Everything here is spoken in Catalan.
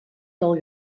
del